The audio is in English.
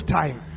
time